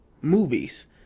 movies